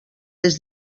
les